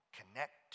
connect